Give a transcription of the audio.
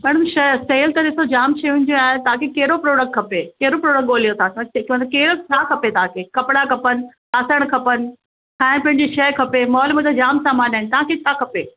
पंज छह सेल त ॾिसो जामु शयुनि जो आहे तव्हांखे कहिड़ो प्रोडक्ट खपे कहिड़ो प्रोडक्ट ॻोल्हियो था कहिड़ो छा खपे तव्हांखे कपिड़ा खपनि बासण खपनि खाइण पीअण जी शइ खपे मॉल में त जामु सामान आहिनि तव्हांखे छा खपे